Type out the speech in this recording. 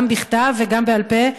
גם בכתב וגם בעל-פה,